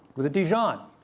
with a dijon.